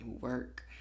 work